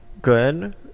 good